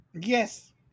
Yes